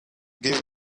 give